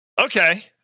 Okay